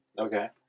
Okay